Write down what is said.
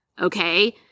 Okay